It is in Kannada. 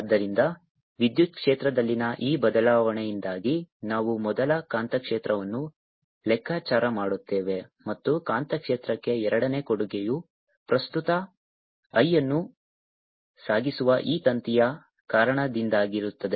ಆದ್ದರಿಂದ ವಿದ್ಯುತ್ ಕ್ಷೇತ್ರದಲ್ಲಿನ ಈ ಬದಲಾವಣೆಯಿಂದಾಗಿ ನಾವು ಮೊದಲು ಕಾಂತಕ್ಷೇತ್ರವನ್ನು ಲೆಕ್ಕಾಚಾರ ಮಾಡುತ್ತೇವೆ ಮತ್ತು ಕಾಂತಕ್ಷೇತ್ರಕ್ಕೆ ಎರಡನೇ ಕೊಡುಗೆಯು ಪ್ರಸ್ತುತ I ಅನ್ನು ಸಾಗಿಸುವ ಈ ತಂತಿಯ ಕಾರಣದಿಂದಾಗಿರುತ್ತದೆ